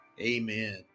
amen